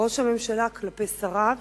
ראש הממשלה כלפי שריו